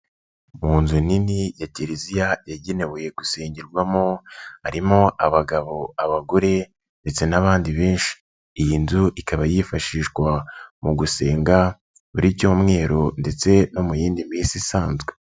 Mu nzu nini ya kiliziya yagenewe gusengerwamo harimo abagabo, abagore ndetse n'abandi benshi, iyi nzu ikaba yifashishwa mu gusenga buri cyumweru ndetse no mu yindi minsi isanzwe.